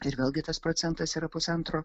ir vėlgi tas procentas yra pusantro